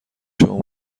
شما